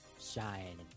Shine